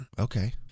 Okay